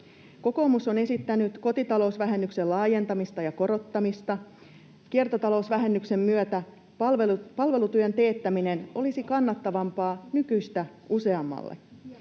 Kokoomus on esittänyt kotitalousvähennyksen laajentamista ja korottamista. Kiertotalousvähennyksen myötä palvelutyön teettäminen olisi kannattavampaa nykyistä useammalle.